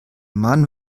mann